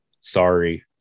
sorry